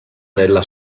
nella